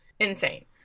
Insane